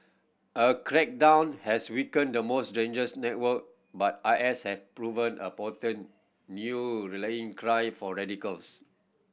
a crackdown has weakened the most dangerous network but I S has proven a potent new rallying cry for radicals